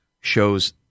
shows